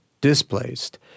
displaced